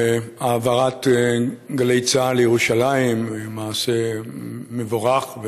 העברת גלי צה"ל לירושלים היא מעשה מבורך,